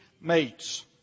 mates